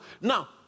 now